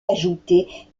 ajoutés